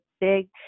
big